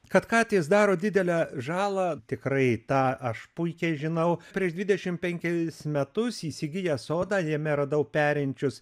kad katės daro didelę žalą tikrai tą aš puikiai žinau prieš dvidešim penkis metus įsigiję sodą jame radau perinčius